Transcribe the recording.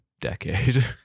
decade